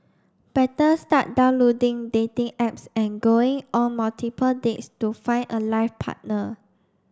better start downloading dating apps and going on multiple dates to find a life partner